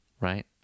Right